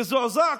מזועזע?